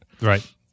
right